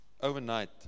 overnight